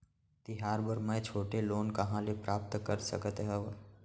तिहार बर मै छोटे लोन कहाँ ले प्राप्त कर सकत हव?